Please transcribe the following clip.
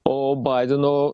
o baideno